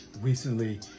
recently